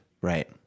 Right